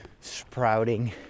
sprouting